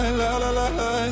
la-la-la-la